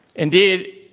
indeed,